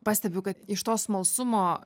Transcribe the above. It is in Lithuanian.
pastebiu kad iš to smalsumo